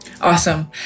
Awesome